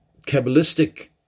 Kabbalistic